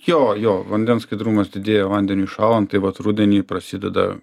jo jo vandens skaidrumas didėja vandeniui šąlant taip vat rudenį prasideda